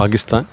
Pakistan